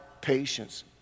patience